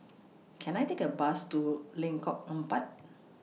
Can I Take A Bus to Lengkong Empat